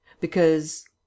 Because—